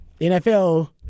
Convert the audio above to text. NFL